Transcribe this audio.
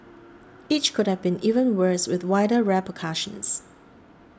each could have been even worse with wider repercussions